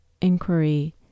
inquiry